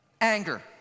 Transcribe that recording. Anger